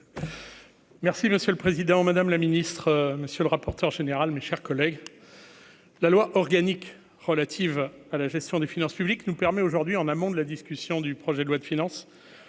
merci monsieur le président, madame la ministre, monsieur le rapporteur général, mes chers collègues, la loi organique relative à la gestion des finances publiques nous permet aujourd'hui en amont de la discussion du projet de loi de finances